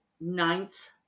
ninth